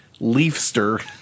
Leafster